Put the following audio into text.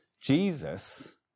Jesus